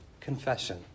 confession